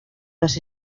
los